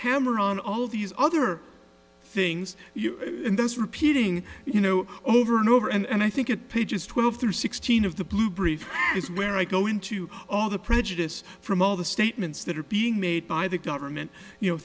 hammer on all these other things in this repeating you know over and over and i think it pages twelve to sixteen of the blue brief is where i go into all the prejudice from all the statements that are being made by the government you know